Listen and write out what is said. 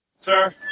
Sir